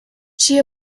she